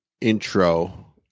intro